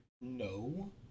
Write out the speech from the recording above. No